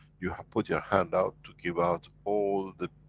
you have put your hand out to give out all the,